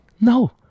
No